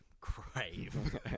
crave